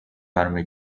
verme